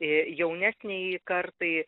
jaunesnei kartai